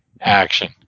action